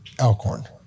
Alcorn